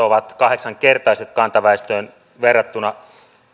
ovat kahdeksan kertaiset kantaväestöön verrattuna